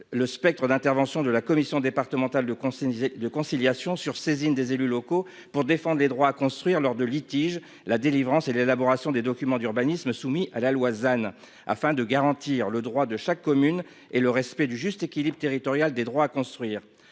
le spectre d'intervention de la commission départementale de conseillers et de conciliation sur saisine des élus locaux pour défendent les droits à construire lors de litiges la délivrance et l'élaboration des documents d'urbanisme soumis à la loi than afin de garantir le droit de chaque commune et le respect du juste équilibre territorial des droits à construire,